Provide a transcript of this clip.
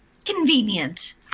Convenient